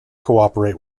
cooperate